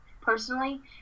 personally